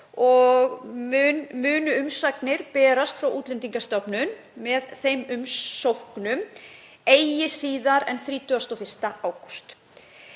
og munu umsagnir berast frá Útlendingastofnun með þeim umsóknum eigi síðar en 31. ágúst.